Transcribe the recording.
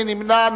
מי נמנע?